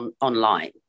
online